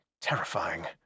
terrifying